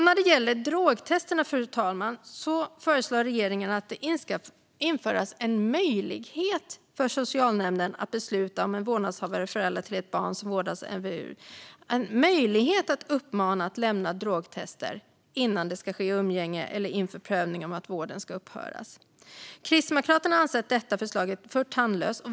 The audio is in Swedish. När det gäller drogtester, fru talman, föreslår regeringen att det ska införas en möjlighet för socialnämnden att besluta att en vårdnadshavare eller förälder till ett barn som vårdas enligt LVU ska uppmanas att lämna drogtest inför umgänge eller inför prövningen om att vården ska upphöra. Kristdemokraterna anser att detta förslag är för tandlöst.